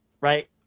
right